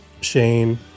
Shane